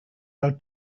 are